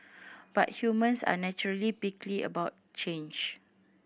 but humans are naturally prickly about change